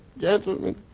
Gentlemen